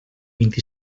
vint